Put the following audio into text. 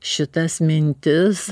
šitas mintis